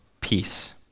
peace